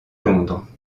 londres